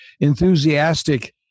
enthusiastic